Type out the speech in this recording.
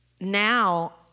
now